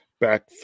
back